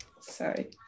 sorry